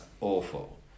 awful